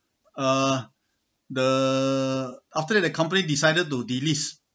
uh the after that the company decided to delist